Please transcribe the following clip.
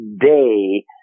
day